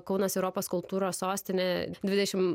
kaunas europos kultūros sostine dvidešim